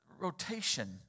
rotation